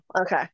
Okay